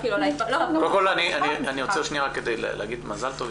אני רוצה להגיד מזל טוב.